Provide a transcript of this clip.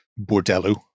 bordello